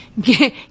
get